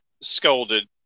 scolded